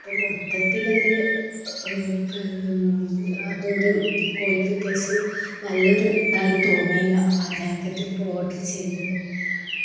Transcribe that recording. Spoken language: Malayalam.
അപ്പോള് മൊത്തത്തിലൊരു അതൊരു ക്വാളിഫിക്കേഷൻ നല്ലൊരു ഇതായി തോന്നിയില്ല ആ ജാക്കറ്റ് ഇപ്പോള് ഓർഡര് ചെയ്തത്